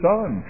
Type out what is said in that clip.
Son